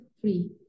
free